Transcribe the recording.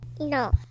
No